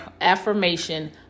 affirmation